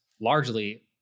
largely